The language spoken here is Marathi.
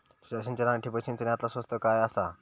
तुषार सिंचन आनी ठिबक सिंचन यातला स्वस्त काय आसा?